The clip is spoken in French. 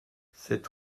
sept